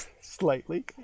slightly